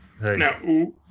Now